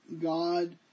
God